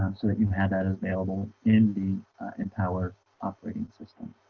so that you have that available in the empower operating system